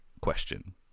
question